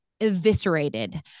eviscerated